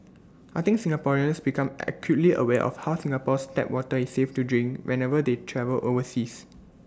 I think Singaporeans become acutely aware of how Singapore's tap water is safe to drink whenever they travel overseas